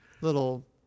little